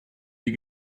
die